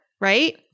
right